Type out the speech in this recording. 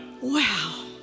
Wow